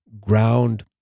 ground